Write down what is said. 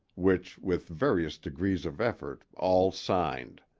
which with various degrees of effort all signed